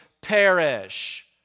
perish